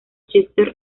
chester